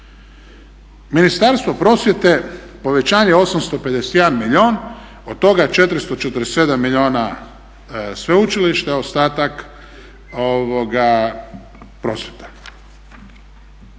Ministarstvo prosvjete povećanje 851 milijun, od toga 447 milijuna sveučilište, ostatak prosvjeta.